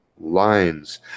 lines